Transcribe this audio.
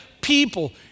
people